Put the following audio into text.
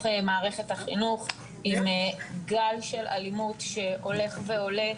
מערכת החינוך עם גל של אלימות שהולך ועולה,